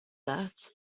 that